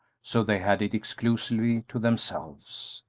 so they had it exclusively to themselves.